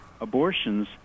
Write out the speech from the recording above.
abortions